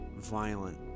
violent